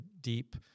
deep